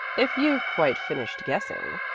if you've quite finished guessing,